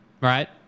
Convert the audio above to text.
right